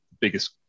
biggest